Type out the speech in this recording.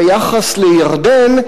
ביחס לירדן,